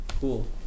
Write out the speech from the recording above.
cool